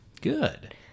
Good